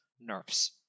nerfs